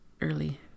early